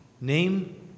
name